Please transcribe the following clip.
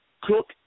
Cook